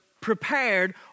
prepared